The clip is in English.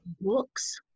books